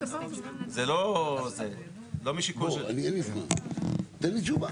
זה לא בשיקול של --- תן לי תשובה,